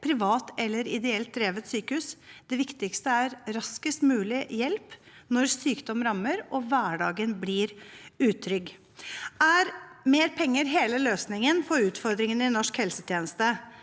privat eller ideelt drevet sykehus. Det viktigste er raskest mulig hjelp når sykdom rammer og hverdagen blir utrygg. Er mer penger hele løsningen på utfordringene i norsk helsetjeneste?